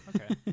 Okay